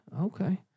Okay